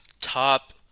Top